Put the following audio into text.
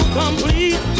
complete